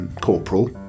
Corporal